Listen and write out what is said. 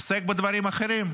עוסק בדברים אחרים.